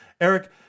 Eric